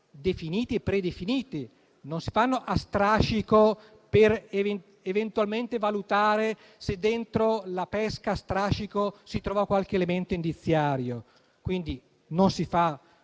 definiti e predefiniti; non si fanno a strascico per eventualmente valutare, se dentro la pesca a strascico, si trova qualche elemento indiziario. Quindi, non si fa